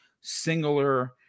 singular